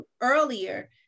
earlier